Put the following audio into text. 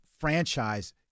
franchise